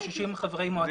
היא עם 60 חברי מועצה.